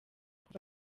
kuva